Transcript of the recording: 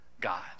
God